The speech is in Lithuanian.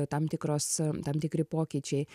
tam tikros tam tikri pokyčiai